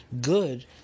good